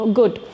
good